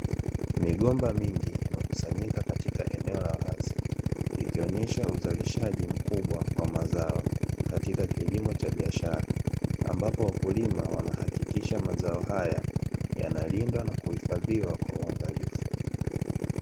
Migomba mingi imekusanyika katika eneo la wazi, ikionyesha uzalishaji mkubwa wa mazao katika kilimo cha biashara, ambapo wakulima wanahakikisha mazao haya yanalindwa na kuhifadhiwa kwa uaminifu.